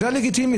זה לגיטימי,